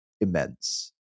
immense